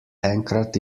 enkrat